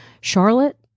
Charlotte